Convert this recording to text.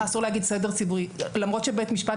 אסור להגיד סדר ציבורי למרות שבית משפט